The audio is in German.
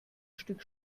stück